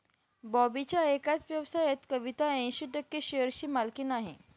बॉबीच्या एकाच व्यवसायात कविता ऐंशी टक्के शेअरची मालकीण आहे